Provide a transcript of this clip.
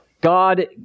God